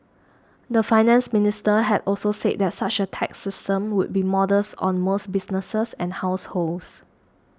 the Finance Minister had also said that such a tax system would be modest on most businesses and households